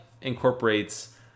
incorporates